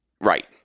right